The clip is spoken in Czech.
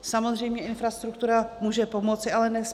Samozřejmě infrastruktura může pomoci, ale nespasí.